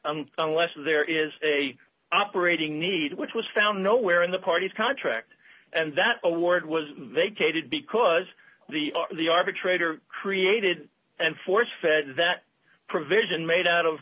unless there is a operating need which was found nowhere in the party's contract and that award was vacated because the arbitrator created and force fed that provision made out of